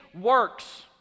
works